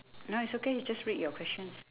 no it's okay you just read your questions